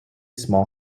small